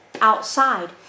outside